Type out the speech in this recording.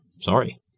Sorry